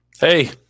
Hey